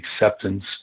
acceptance